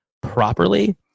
properly